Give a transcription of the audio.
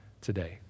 today